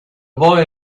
boy